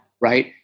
right